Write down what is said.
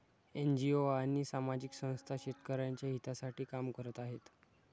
NGO आणि सामाजिक संस्था शेतकऱ्यांच्या हितासाठी काम करत आहेत